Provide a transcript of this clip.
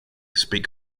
speak